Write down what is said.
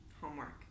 Homework